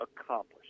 accomplished